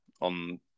on